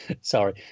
sorry